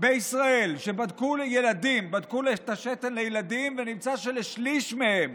בישראל שבו בדקו את השתן לילדים, ונמצא שלשליש מהם